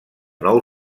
nou